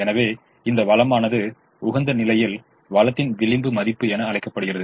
எனவே இந்த வளமானது உகந்த நிலையில் வளத்தின் விளிம்பு மதிப்பு என அழைக்கப்படுகிறது